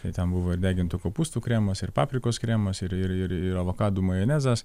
tai ten buvo ir degintų kopūstų kremas ir paprikos kremas ir ir ir ir avokadų majonezas